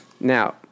Now